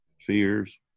fears